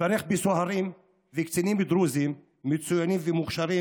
התברך בסוהרים וקצינים דרוזים מצוינים ומוכשרים,